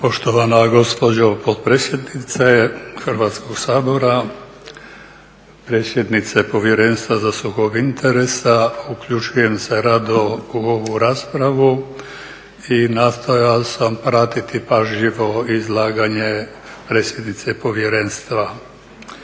Poštovana gospođo potpredsjednice Hrvatskog sabora, predsjednice Povjerenstva za sukob interesa. Uključujem se rado u ovu raspravu i nastojao sam pratiti pažljivo izlaganje predsjednice Povjerenstva.